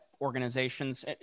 organizations